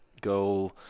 go